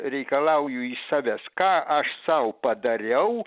reikalauju iš savęs ką aš sau padariau